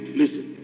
listen